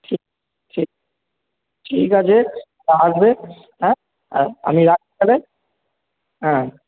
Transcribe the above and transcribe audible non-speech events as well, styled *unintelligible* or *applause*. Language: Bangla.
ঠি ঠি ঠিক আছে আসবে হ্যাঁ *unintelligible* আমি রা তাহলে হ্যাঁ